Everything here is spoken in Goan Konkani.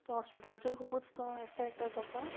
त्या हॉस्पिटलाचेर खुबूच तो एफेक्ट जाता